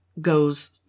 goes